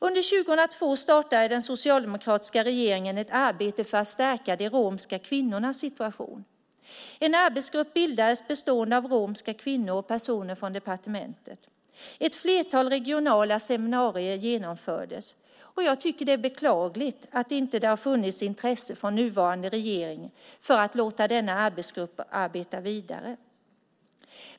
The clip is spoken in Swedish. Under 2002 startade den socialdemokratiska regeringen ett arbete för att stärka de romska kvinnornas situation. En arbetsgrupp bildades, bestående av romska kvinnor och personer från departementet. Ett flertal regionala seminarier genomfördes. Jag tycker att det är beklagligt att det inte har funnits intresse från den nuvarande regeringen för att låta denna arbetsgrupp arbeta vidare.